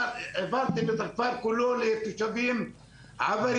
אבל העברתם את הכפר כולו לתושבים עבריינים.